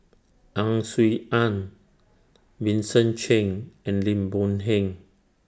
Ang Swee Aun Vincent Cheng and Lim Boon Heng